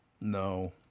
No